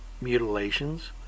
Mutilations